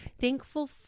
thankful